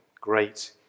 Great